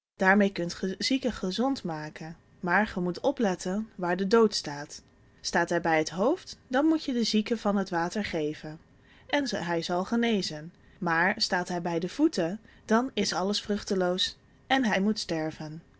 daarmee kunt ge zieken gezond maken maar ge moet opletten waar de dood staat staat hij bij het hoofd dan moet je de zieke van het water geven en hij zal genezen maar staat hij bij de voeten dan is alles vruchteloos en hij moet sterven